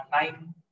nine